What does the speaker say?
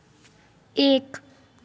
एक